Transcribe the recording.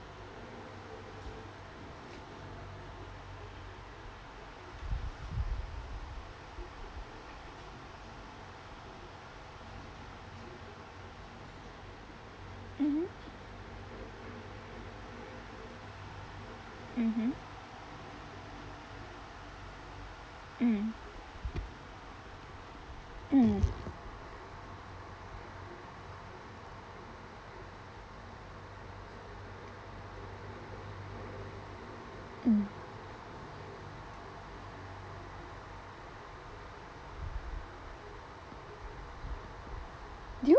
mmhmm mmhmm mm mm mm do you